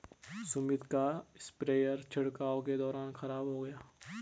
सुमित का स्प्रेयर छिड़काव के दौरान खराब हो गया